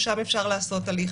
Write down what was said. נקודת איזון כזאת שיש בה כדי,